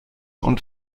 und